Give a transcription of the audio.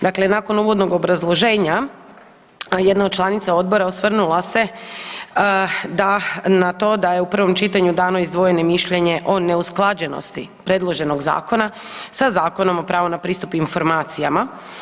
Dakle, nakon uvodnog obrazloženja jedna od članica odbora osvrnula se na to da je u prvom čitanju dano izdvojeno mišljenje o neusklađenosti predloženog zakona sa Zakonom o pravu na pristup informacijama.